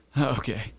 Okay